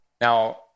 Now